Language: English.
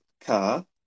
car